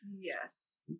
yes